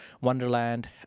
Wonderland